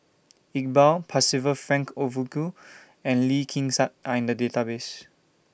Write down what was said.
Iqbal Percival Frank Aroozoo and Lee Kin Tat Are in The Database